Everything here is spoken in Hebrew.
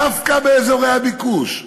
דווקא באזורי הביקוש,